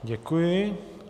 Děkuji.